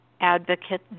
advocate